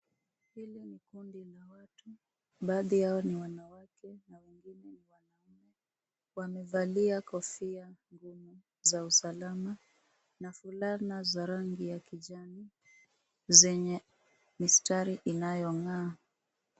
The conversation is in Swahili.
Hili ni kundi la watu, baadhi yao ni wanawake, na wengine ni wanume, wamevalia kofia ngumu za usalama, na fulana za rangi ya kijani zenye mistari inayong'aa.